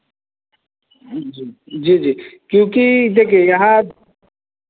जी जी क्योंकि देखिए यहाँ